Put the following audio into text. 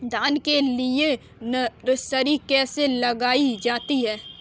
धान के लिए नर्सरी कैसे लगाई जाती है?